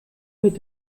mit